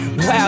Wow